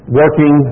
working